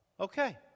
Okay